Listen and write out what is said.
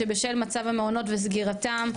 שבשל מצב המעונות וסגירתם,